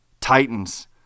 Titans